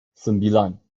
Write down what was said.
sembilan